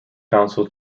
council